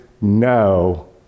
no